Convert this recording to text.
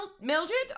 Mildred